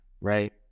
right